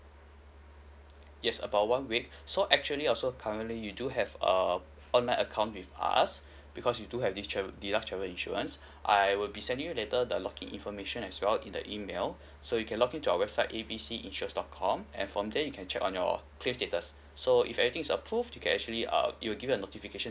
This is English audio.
yes about one week so actually also currently you do have err online account with us because you do have this trav~ deluxe travel insurance I will be sending you later the login information as well in the email so you can login to our website A B C insurance dot com and from there you can check on your claim status so if everything is approve you can actually uh it will give your a notification